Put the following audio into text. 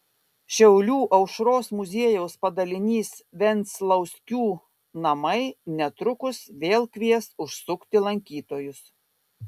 šiaulių aušros muziejaus padalinys venclauskių namai netrukus vėl kvies užsukti lankytojus